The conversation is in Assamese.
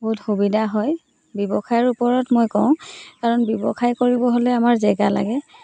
বহুত সুবিধা হয় ব্যৱসায়ৰ ওপৰত মই কওঁ কাৰণ ব্যৱসায় কৰিব হ'লে আমাৰ জেগা লাগে